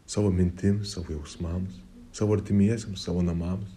savo mintims jausmams savo artimiesiems savo namams